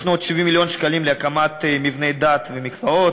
יש עוד 70 מיליון שקלים להקמת מבני דת ומקוואות,